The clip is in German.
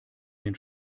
den